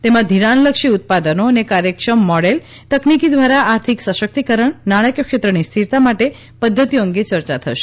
તેમાં ધિરાણ લક્ષી ઉત્પાદનો અને કાર્યક્ષમ મોડેલ તકનીકી દ્વારા આર્થિક સશક્તિકરણ નાણાકીય ક્ષેત્રની સ્થિરતા માટેની પદ્ધતિઓ અંગે ચર્ચા થશે